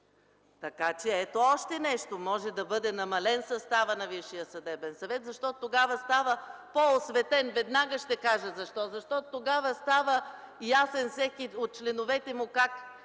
ни?! Ето още нещо – може да бъде намален съставът на Висшия съдебен съвет, защото тогава става по-осветен. Веднага ще кажа защо. Защото тогава става ясен всеки от членовете му как